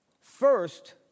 first